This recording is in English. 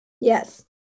Yes